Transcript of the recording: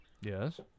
Yes